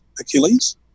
Achilles